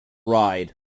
ride